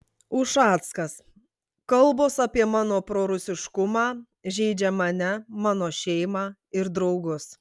ušackas kalbos apie mano prorusiškumą žeidžia mane mano šeimą ir draugus